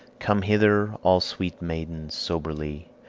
come hither all sweet maidens soberly,